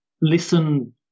listen